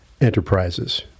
enterprises